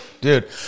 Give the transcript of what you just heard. Dude